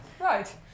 Right